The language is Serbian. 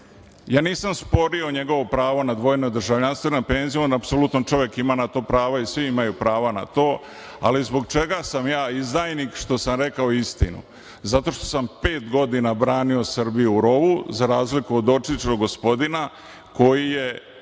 Ja nisam sporio njegovo pravo na dvojno državljanstvo i na penziju, on apsolutno čovek ima na to pravo i svi imaju pravo na to. Zbog čega sam ja izdajnik, što sam rekao istinu? Zato što sam pet godina branio Srbiju u rovu, za razliku od dotičnog gospodina, koji je